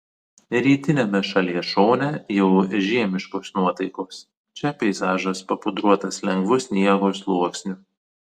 rytiniame šalies šone jau žiemiškos nuotaikos čia peizažas papudruotas lengvu sniego sluoksniu